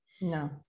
No